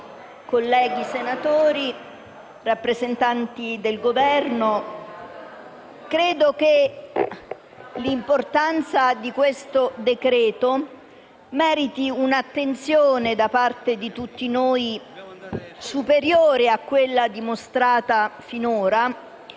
colleghi senatori, rappresentanti del Governo, credo che l'importanza di questo decreto-legge meriti un'attenzione, da parte di tutti noi, superiore a quella dimostrata finora,